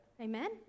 Amen